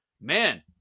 man